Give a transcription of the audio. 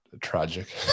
tragic